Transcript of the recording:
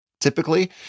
Typically